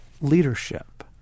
leadership